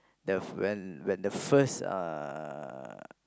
the friend when the first uh